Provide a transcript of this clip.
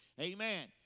Amen